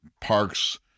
parks